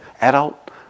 adult